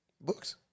books